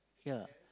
ya